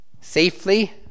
Safely